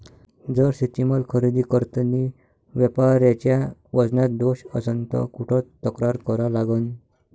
जर शेतीमाल खरेदी करतांनी व्यापाऱ्याच्या वजनात दोष असन त कुठ तक्रार करा लागन?